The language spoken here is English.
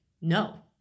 no